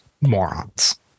morons